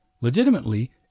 legitimately